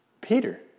Peter